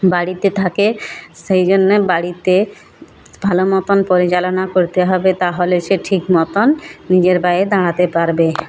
বাড়িতে থাকে সেই জন্যে বাড়িতে ভালো মতন পরিচালনা করতে হবে তাহলে সে ঠিক মতন নিজের পায়ে দাঁড়াতে পারবে